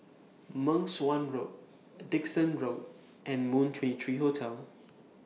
Meng Suan Road Dickson Road and Moon twenty three Hotel